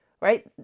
Right